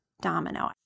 domino